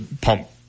pump